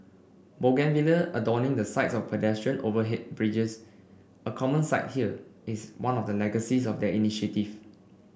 bougainvillea adorning the sides of pedestrian overhead bridges a common sight here is one of the legacies of the initiative